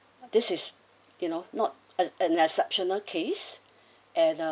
this is you know not an an exceptional case and ah